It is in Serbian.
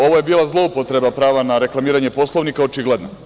Ovo je bila zloupotreba prava na reklamiranje Poslovnika, očigledna.